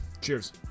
Cheers